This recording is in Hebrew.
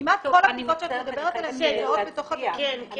כמעט כל הבדיקות שאת מדברת עליהן נמצאות בתוך התקנון.